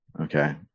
okay